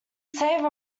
save